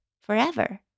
forever